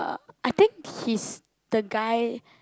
uh I think he's the guy